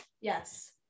Yes